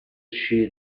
she